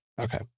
Okay